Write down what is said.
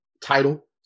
title